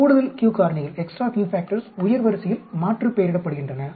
கூடுதல் q காரணிகள் உயர் வரிசையில் மாற்றுப்பெயரிடப்படுகின்றன